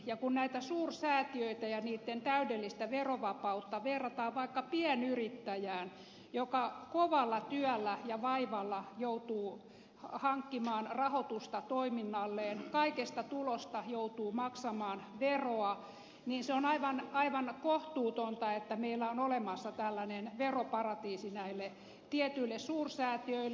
ja kun näitä suursäätiöitä ja niitten täydellistä verovapautta verrataan vaikka pienyrittäjään joka kovalla työllä ja vaivalla joutuu hankkimaan rahoitusta toiminnalleen kaikesta tulosta joutuu maksamaan veroa niin se on aivan kohtuutonta että meillä on olemassa tällainen veroparatiisi näille tietyille suursäätiöille